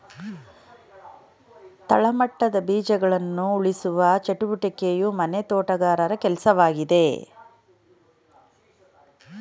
ತಳಮಟ್ಟದ ಬೀಜಗಳನ್ನ ಉಳಿಸುವ ಚಟುವಟಿಕೆಯು ಮನೆ ತೋಟಗಾರರ ಕೆಲ್ಸವಾಗಿದೆ